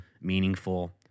meaningful